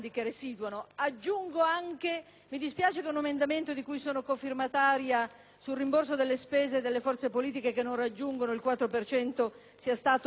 sul rimborso delle spese delle forze politiche che non raggiungono il 4 per cento sia stato per ora accantonato. Spero che possa in seguito diventare intervento fattivo.